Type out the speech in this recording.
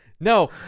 No